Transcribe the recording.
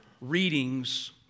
readings